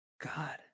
God